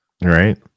Right